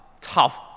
tough